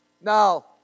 Now